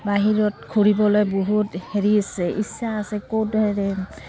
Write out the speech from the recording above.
বাহিৰত ঘূৰিবলৈ বহুত হেৰি আছে ইচ্ছা আছে ক'ত হেৰি